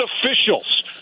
officials